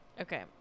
Okay